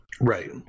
Right